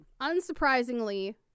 Unsurprisingly